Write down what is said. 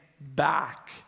back